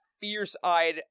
fierce-eyed